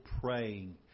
praying